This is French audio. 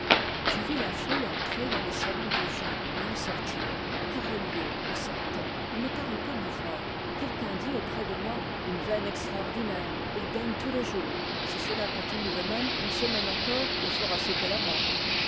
je vis la foule entrer dans les salons de jeu et en sortir garolyié sortait il ne parut pas me voir quelqu'un dit auprès de moi une veine extraordinaire il gagne tous les jours si cela continue de même une semaine encore il fera sauter la banque